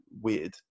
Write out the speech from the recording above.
weird